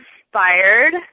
inspired